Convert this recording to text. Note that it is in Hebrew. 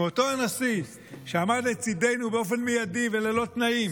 מאותו נשיא שעמד לצידנו באופן מיידי וללא תנאים.